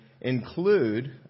include